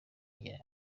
njye